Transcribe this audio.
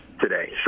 today